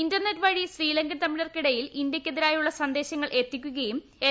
internet വഴി ശ്രീലങ്കൻ തമിഴർക്കിടയിൽ ഇന്ത്യ ക്കെതിരായുള്ള സന്ദേശങ്ങൾ എത്തിക്കുകയും എൽ